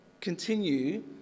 continue